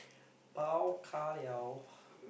bao ka liao